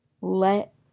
Let